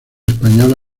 española